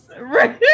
right